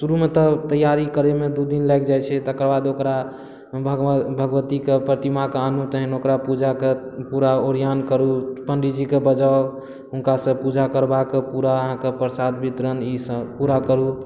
शुरू मे तऽ तैयारी करै मे दू दिन लागि जाइ छै तकर बाद ओकरा भगबती के ओकरा प्रतिमा कऽ आनू तहन ओकरा पूजा कऽ पूरा ओरियान करू पण्डित जी केँ बजाउ हुनका सँ पूजा करबा कऽ पूरा अहाँक प्रसाद वितरण ई सभ पूरा करू